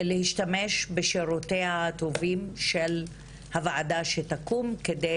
להשתמש בשירותיה הטובים של הוועדה שתקום כדי